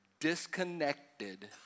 disconnected